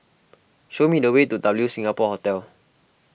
show me the way to W Singapore Hotel